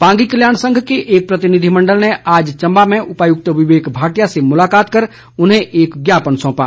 पांगी कल्याण संघ के एक प्रतिनिधिमंडल ने आज चम्बा में उपायुक्त विवेक भाटिया से मुलाकात कर उन्हें एक ज्ञापन सौंपा